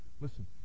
Listen